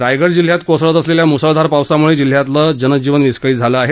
रायगड जिल्ह्यात कोसळत असलेल्या मुसळधार पावसामुळे जिल्हयातील जनजीवन विस्कळीत झाले आहे